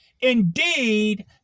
Indeed